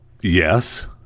yes